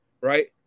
right